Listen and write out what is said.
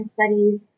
studies